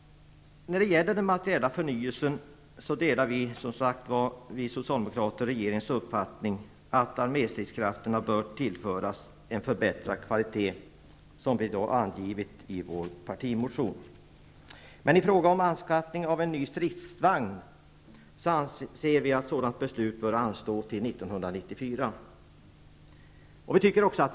När det gäller den materiella förnyelsen delar vi socialdemokrater regeringens uppfattning, som vi även angivit i vår partimotion, att arméstridskrafterna bör tillföras en förbättrad kvalitet. Men i fråga om anskaffning av en ny stridsvagn anser vi att ett sådant beslut bör anstå till 1994.